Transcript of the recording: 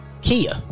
Kia